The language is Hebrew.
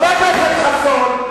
חבר הכנסת יואל חסון.